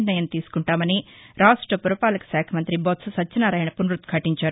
నిర్ణయం తీసుకుంటామని రాష్ట పురపాలక శాఖ మంతి బొత్స నత్యనారాయణ వునరుద్హాటించారు